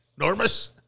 Normus